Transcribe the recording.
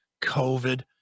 COVID